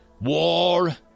War